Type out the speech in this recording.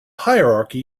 hierarchy